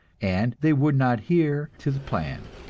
and they would not hear to the plan.